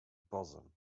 boson